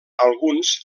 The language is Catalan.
alguns